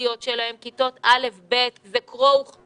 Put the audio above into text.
הקריטיות שלהם כיתות א'-ב' זה קרוא וכתוב,